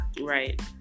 right